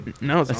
No